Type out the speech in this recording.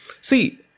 See